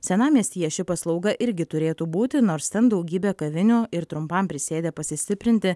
senamiestyje ši paslauga irgi turėtų būti nors ten daugybė kavinių ir trumpam prisėdę pasistiprinti